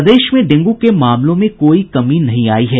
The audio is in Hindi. प्रदेश में डेंगू के मामलों में कोई कमी नहीं आयी है